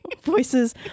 voices